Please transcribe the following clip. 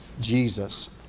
Jesus